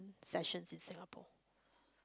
sessions in Singapore